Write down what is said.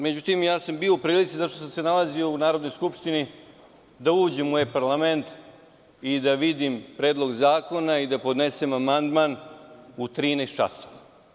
Međutim, bio sam u prilici zato što sam se nalazio u Narodnoj skupštini da uđem u e-parlament i da vidim predlog zakona i da podnesem amandman u 13.00 časova.